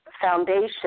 foundation